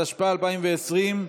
התשפ"א 2020,